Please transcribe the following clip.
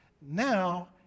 Now